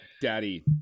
daddy